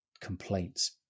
complaints